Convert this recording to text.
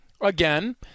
again